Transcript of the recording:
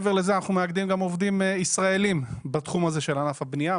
מעבר לזה אנחנו מאגדים גם עובדים ישראלים בתחום הזה של ענף הבנייה,